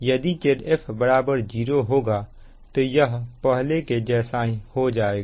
यदि Zf 0 होगा तो यह पहले के जैसा हो जाएगा